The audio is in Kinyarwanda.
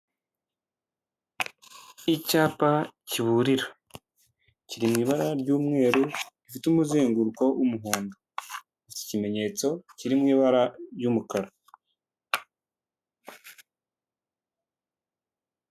Icyapa kiburira kiri mu ibara ry'umweru gifite umuzenguruko w'umuhondo, iki kimenyetso kiri mu ibara ry'umukara.